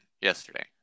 yesterday